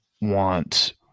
want